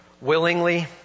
willingly